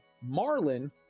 Marlin